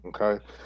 okay